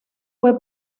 fue